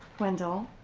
wendell. ah.